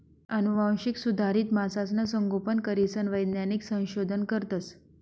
आनुवांशिक सुधारित मासासनं संगोपन करीसन वैज्ञानिक संशोधन करतस